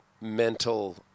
mental